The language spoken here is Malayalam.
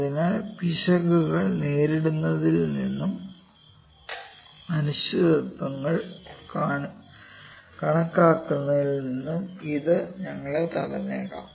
അതിനാൽ പിശകുകൾ നേരിടുന്നതിൽ നിന്നും അനിശ്ചിതത്വങ്ങൾ കണക്കാക്കുന്നതിൽ നിന്നും ഇത് ഞങ്ങളെ തടഞ്ഞേക്കാം